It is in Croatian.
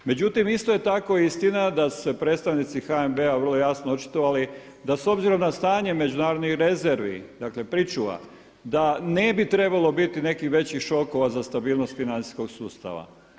Međutim, isto je tako istina da su se predstavnici HNB-a vrlo jasno očitovali da s obzirom na stanje međunarodnih rezervi, dakle pričuva, da ne bi trebalo biti nekih većih šokova za stabilnost financijskog sustava.